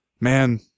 man